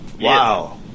Wow